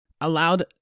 allowed